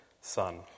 son